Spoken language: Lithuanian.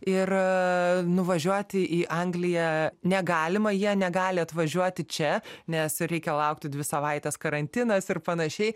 ir nuvažiuoti į angliją negalima jie negali atvažiuoti čia nes reikia laukti dvi savaites karantinas ir panašiai